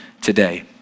today